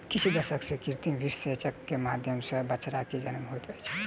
किछ दशक सॅ कृत्रिम वीर्यसेचन के माध्यम सॅ बछड़ा के जन्म होइत अछि